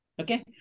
Okay